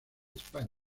españa